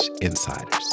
insiders